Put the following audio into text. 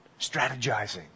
strategizing